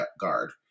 guard